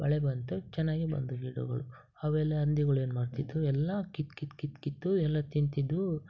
ಮಳೆ ಬಂತು ಚೆನ್ನಾಗೇ ಬಂದ್ವು ಗಿಡಗಳ್ ಅವೆಲ್ಲ ಹಂದಿಗುಳೇನ್ ಮಾಡ್ತಿದ್ದವು ಎಲ್ಲ ಕಿತ್ತು ಕಿತ್ತು ಕಿತ್ತು ಕಿತ್ತು ಎಲ್ಲ ತಿಂತಿದ್ದವು